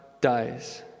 dies